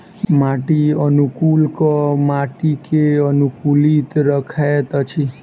माटि अनुकूलक माटि के अनुकूलित रखैत अछि